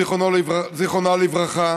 זיכרונה לברכה.